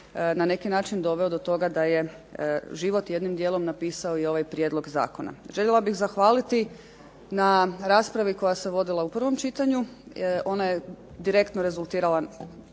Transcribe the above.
na neki način doveo do toga da je život jednim dijelom napisao i ovaj prijedlog zakona. Željela bih zahvaliti na raspravi koja se vodila u prvom čitanju, ona je direktno rezultirala